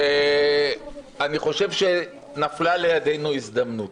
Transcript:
אני חושב שנפלה לידינו הזדמנות,